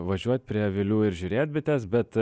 važiuot prie avilių ir žiūrėt bites bet